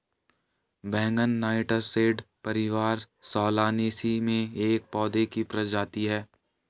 बैंगन नाइटशेड परिवार सोलानेसी में एक पौधे की प्रजाति है